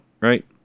right